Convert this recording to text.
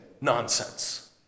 nonsense